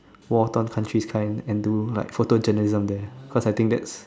war term countries kind and do like photojournalism there cause I think that's